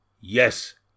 Yes